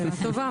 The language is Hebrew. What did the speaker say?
שאלה טובה.